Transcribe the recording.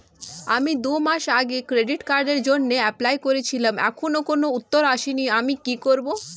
আমি দুমাস আগে ক্রেডিট কার্ডের জন্যে এপ্লাই করেছিলাম এখনো কোনো উত্তর আসেনি আমি কি করব?